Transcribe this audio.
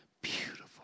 beautiful